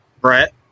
Brett